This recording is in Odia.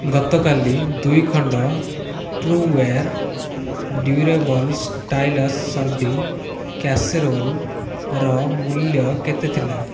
ଗତକାଲି ଦୁଇ ଖଣ୍ଡ true ware durables styles serving କ୍ୟାସେରୋଲ୍ର ମୂଲ୍ୟ କେତେ ଥିଲା